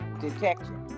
detection